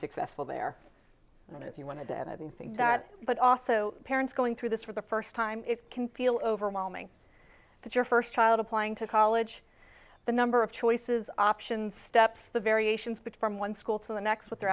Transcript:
successful there and if you want to do that i didn't think that but also parents going through this for the first time it can feel overwhelming that your first child applying to college the number of choices options steps the variations but from one school to the next with their